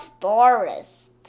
forest